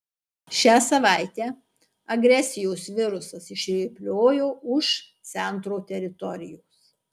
šią savaitę agresijos virusas išrėpliojo už centro teritorijos